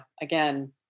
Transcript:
again